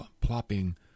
plopping